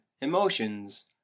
emotions